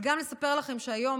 אבל גם אספר לכם שהיום,